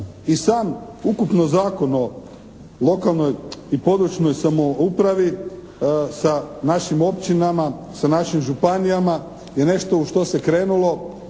i sam ukupno Zakon o lokalnoj i područnoj samoupravi sa našim općinama, sa našim županijama je nešto u što se krenulo,